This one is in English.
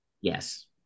Yes